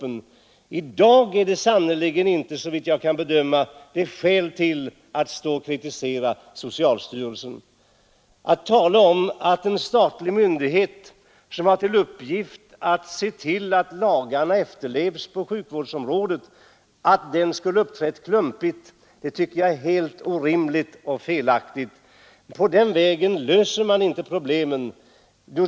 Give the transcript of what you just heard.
Såvitt jag kan bedöma är det sannerligen i dag inte skäl i att stå och kritisera socialstyrelsen. Att påstå att en statlig myndighet, som har uppgiften att se till att lagarna på sjukvårdens område efterlevs, här har uppträtt klumpigt är helt orimligt och felaktigt. På den vägen löser man inte problemen.